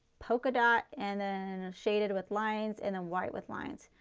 polka dot and then shaded with lines and then white with lines.